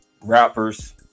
rappers